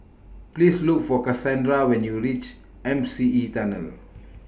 Please Look For Cassandra when YOU REACH M C E Tunnel